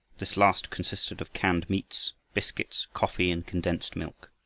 this last consisted of canned meats, biscuits, coffee, and condensed milk,